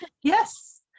Yes